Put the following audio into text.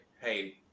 hey